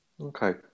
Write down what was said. okay